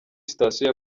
sitasiyo